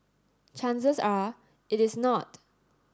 chances are it is not